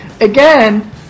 Again